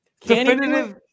Definitive